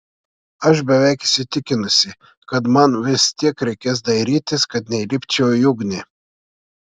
aš beveik įsitikinusi kad man vis tiek reikės dairytis kad neįlipčiau į ugnį